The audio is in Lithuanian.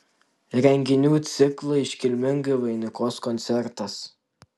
renginių ciklą iškilmingai vainikuos koncertas